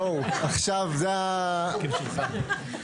בואו, עכשיו זה הזמן (בהלצה).